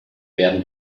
werden